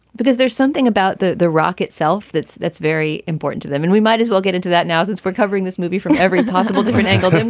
because there's something about the the rock itself that's that's very important to them and we might as well get into that now as it's for covering this movie from every possible different angle.